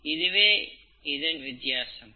இதுவே இதன் வித்தியாசம்